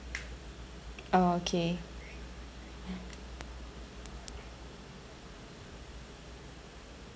okay